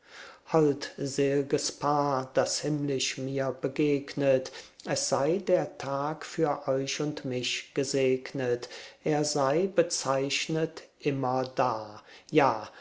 holdsel'ges paar das himmlisch mir begegnet es sei der tag für euch und mich gesegnet er sei bezeichnet immerdar ja